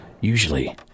Usually